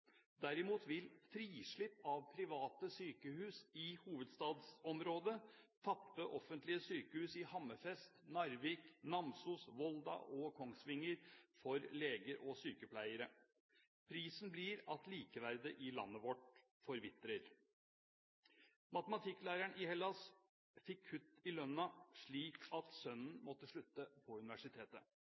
Derimot vil frislipp av private sykehus i hovedstadsområdet tappe offentlige sykehus i Hammerfest, Narvik, Namsos, Volda og Kongsvinger for leger og sykepleiere. Prisen blir at likeverdet i landet vårt forvitrer. Matematikklæreren i Hellas fikk kutt i lønnen slik at sønnen måtte slutte på universitetet.